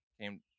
came